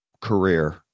career